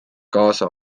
kaasa